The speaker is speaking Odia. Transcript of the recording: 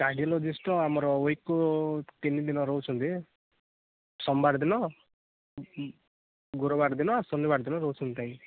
କାର୍ଡ଼ିଓଲୋଜିଷ୍ଟ୍ ତ ଆମର ୱିକକୁ ତିନିଦିନ ରହୁଛନ୍ତି ସୋମବାର ଦିନ ଗୁରୁବାର ଦିନ ଶନିବାର ଦିନ ରହୁଛନ୍ତି ଆଜ୍ଞା